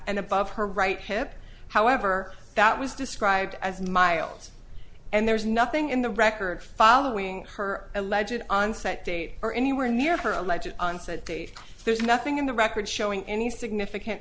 and above her right hip however that was described as mild and there is nothing in the record following her alleged onset date or anywhere near her alleged onset date there's nothing in the record showing any significant